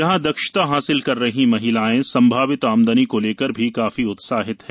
यहां दक्षता हासिल कर रही महिलाएं संभावित आमदनी को लेकर काफी उत्साहित हैं